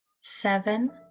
seven